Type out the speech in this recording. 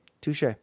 touche